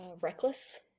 reckless